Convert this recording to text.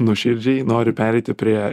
nuoširdžiai nori pereiti prie